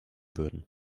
würden